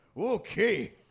Okay